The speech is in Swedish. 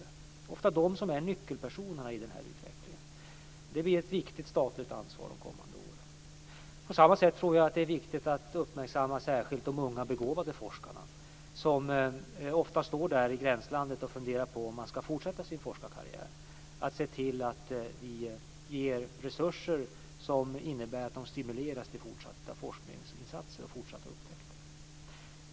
Det är ofta de som är nyckelpersonerna i den här utvecklingen. Det blir ett viktigt statligt ansvar under de kommande åren. På samma sätt tror jag att det är viktigt att särskilt uppmärksamma de unga begåvade forskarna, som ofta står i gränslandet och funderar på om de ska fortsätta sin forskarkarriär. Vi ska se till att ge resurser som innebär att de stimuleras till fortsatta forskningsinsatser och upptäckter.